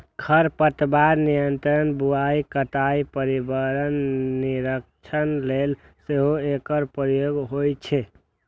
खरपतवार नियंत्रण, बुआइ, कटाइ, पर्यावरण निरीक्षण लेल सेहो एकर प्रयोग होइ छै